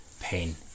pain